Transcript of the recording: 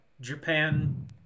Japan